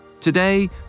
Today